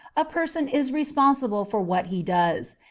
a person is responsible for what he does,